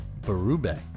Berube